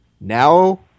now